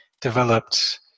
developed